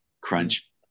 crunch